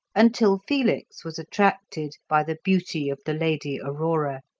until felix was attracted by the beauty of the lady aurora.